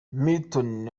milton